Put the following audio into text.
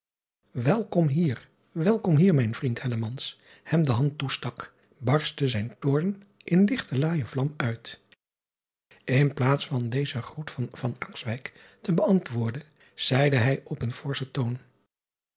elkom hier welkom hier mijn vriend hellemans hem de hand toestak barstte zijn toorn in ligte laaije vlam uit n plaats van dezen groet van te beantwoorden zeide hij op eenen forschen toon